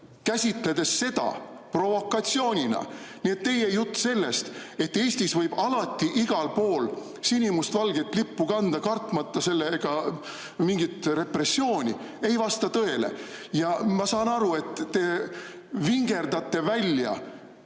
käsitledes seda provokatsioonina. Nii et teie jutt sellest, et Eestis võib alati igal pool sinimustvalget lippu kanda, kartmata sellega mingit repressiooni, ei vasta tõele. Ja ma saan aru, et te vingerdate välja